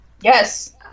yes